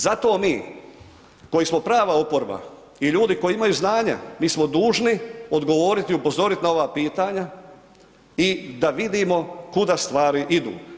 Zato mi, koji smo prava oporba i ljudi koji imaju znanja mi smo dužni odgovoriti, upozoriti na ova pitanja i da vidimo kuda stvari idu.